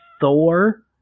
Thor